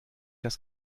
das